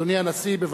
אדוני הנשיא, בבקשה.